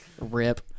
Rip